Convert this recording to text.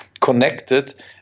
connected